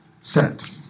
set